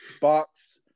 box